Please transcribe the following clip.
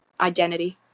identity